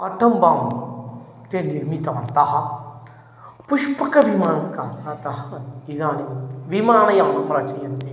अट्टं bomb ते निर्मितवन्तः पुष्पकविमानं कारणतः इदानीं विमानयानं रचयन्ति